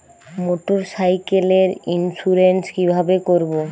মোটরসাইকেলের ইন্সুরেন্স কিভাবে করব?